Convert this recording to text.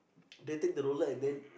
they take the roller and then